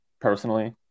personally